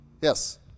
Yes